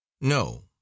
no